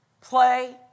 play